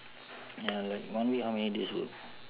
ya like one week how many days work